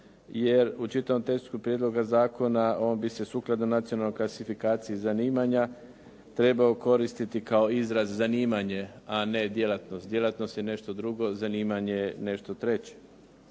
jer u čitavom tekstu prijedloga zakon on bi se sukladno nacionalnoj klasifikaciji zanimanja trebao koristiti kao izraz zanimanje a ne djelatnost. Djelatnost je nešto drugo, zanimanje je nešto treće.